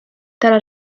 ترى